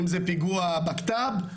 אם זה פיגוע בקת"ב,